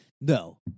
No